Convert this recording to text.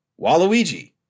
Waluigi